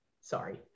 sorry